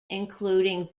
including